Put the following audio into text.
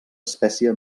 espècie